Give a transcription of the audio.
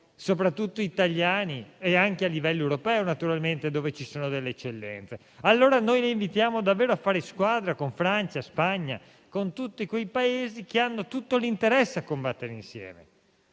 soprattutto italiani, ma anche a livello europeo, dove pure ci sono delle eccellenze? Signor Ministro, la invitiamo davvero a fare squadra con Francia, Spagna e tutti i Paesi che hanno tutto l'interesse a combattere insieme.